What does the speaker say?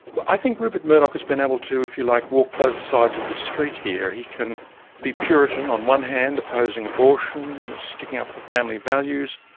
i think rupert murdoch has been able to, if you like, walk both sides of the street here. he can be puritan on one hand, opposing abortion, sticking up for family values,